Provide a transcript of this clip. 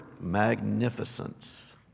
magnificence